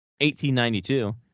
1892